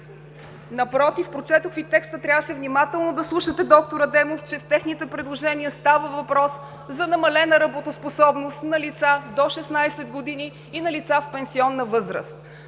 Напротив, прочетох Ви текста. Трябваше внимателно да слушате, доктор Адемов, че в техните предложения става въпрос за намалена работоспособност на лица до 16 години и на лица в пенсионна възраст.